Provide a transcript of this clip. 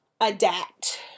adapt